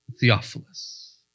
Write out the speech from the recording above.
Theophilus